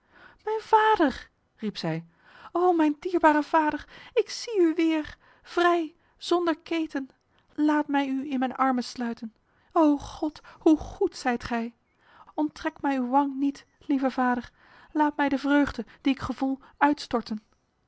mijn vader riep zij o mijn dierbare vader ik zie u weer vrij zonder keten laat mij u in mijn armen sluiten o god hoe goed zijt gij onttrek mij uw wang niet lieve vader laat mij de vreugde die ik gevoel uitstorten